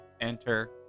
enter